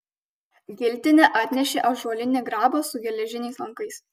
giltinė atnešė ąžuolinį grabą su geležiniais lankais